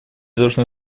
должны